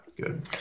good